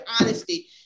honesty